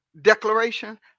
Declaration